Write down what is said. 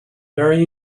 very